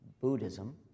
Buddhism